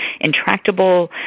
intractable